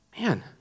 man